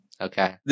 Okay